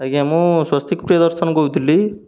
ଆଜ୍ଞା ମୁଁ ସ୍ଵସ୍ତିକ୍ ପ୍ରିୟଦର୍ଶନ କହୁଥିଲି